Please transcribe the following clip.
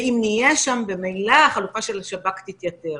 ואם נהיה שם, ממילא החלופה של השב"כ תתייתר.